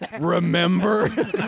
remember